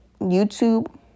YouTube